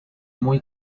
muy